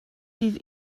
bydd